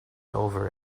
over